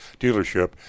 dealership